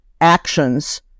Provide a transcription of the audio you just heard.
actions